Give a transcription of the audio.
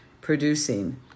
producing